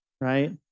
Right